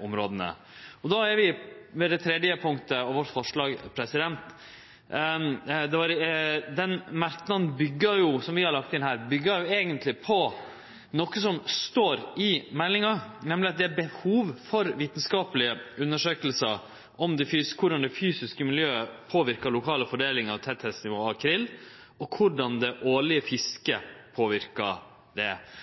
områda. Då er vi ved det tredje punktet og vårt forslag. Den merknaden som vi har lagt inn her, byggjer eigentleg på noko som står i meldinga, nemleg at det er behov for vitskaplege undersøkingar om korleis det fysiske miljøet påverkar lokale fordelingar og tettleiksnivå av kril, og korleis det årlege fisket påverkar dette. Det